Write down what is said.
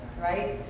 right